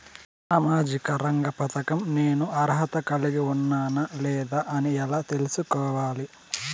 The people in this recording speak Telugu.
సామాజిక రంగ పథకం నేను అర్హత కలిగి ఉన్నానా లేదా అని ఎలా తెల్సుకోవాలి?